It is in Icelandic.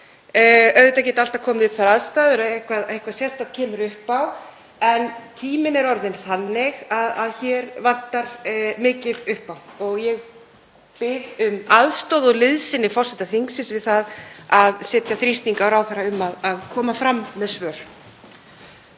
Auðvitað geta alltaf komið upp sérstakar aðstæður og eitthvað komið upp á en tíminn er orðinn þannig að hér vantar mikið upp á. Ég bið um aðstoð og liðsinni forseta þingsins við að setja þrýsting á ráðherra um að koma fram með svör.